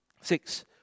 Six